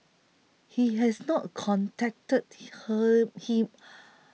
he has not contacted her he